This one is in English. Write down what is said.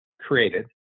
created